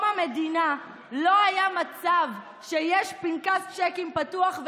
מהמדינה לא היה מצב שיש פנקס צ'קים פתוח,